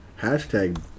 hashtag